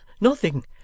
Nothing